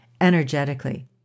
energetically